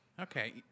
Okay